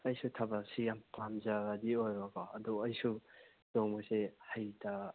ꯑꯩꯁꯨ ꯊꯥꯕꯜꯁꯤ ꯌꯥꯝ ꯄꯥꯝꯖꯕꯗꯤ ꯑꯣꯏꯕ ꯀꯣ ꯑꯗꯣ ꯑꯩꯁꯨ ꯆꯣꯡꯕꯁꯤ ꯍꯩꯇꯕ